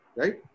right